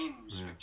names